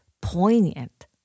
poignant